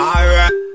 Alright